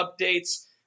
updates